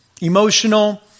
emotional